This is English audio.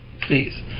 please